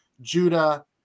Judah